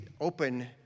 open